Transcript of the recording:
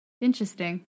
interesting